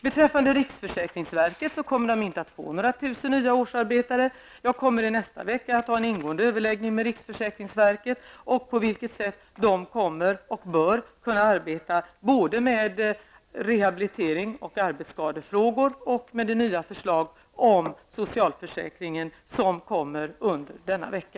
Beträffande riksförsäkringsverket kommer man där inte att få några tusen nya årsarbetare. Jag kommer under nästa vecka att ha en ingående överläggning med riksförsäkringsverket om det sätt på vilket verket bör kunna arbeta både med rehabilitering och arbetsskadefrågor och med det nya förslag om socialförsäkringen som kommer att presenteras under denna vecka.